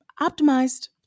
optimized